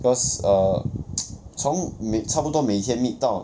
cause err 从每差不多每天 meet 到